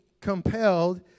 compelled